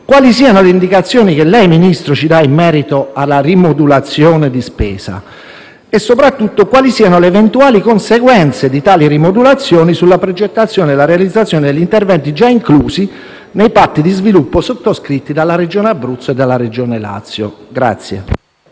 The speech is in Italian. quali siano le indicazioni che lei, signor Ministro, ci dà in merito alla rimodulazione di spesa, e soprattutto quali siano le eventuali conseguenze di tali rimodulazioni sulla progettazione e la realizzazione di interventi già inclusi nei patti di sviluppo sottoscritti dalla Regione Abruzzo e dalla Regione Lazio.